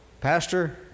Pastor